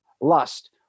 Lust